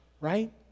right